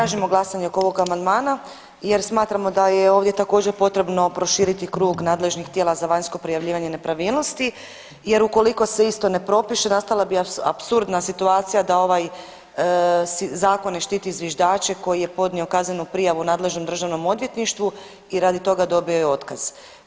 Tražimo glasanje oko ovog amandmana jer smatramo da je ovdje također potrebno proširiti krug nadležnih tijela za vanjsko prijavljivanje nepravilnosti jer ukoliko se isto ne propiše nastala bi apsurdna situacija da ovaj zakon ne štiti zviždače koji je podnio kaznenu prijavu nadležnom državnom odvjetništvu i radi toga dobio je otkaz.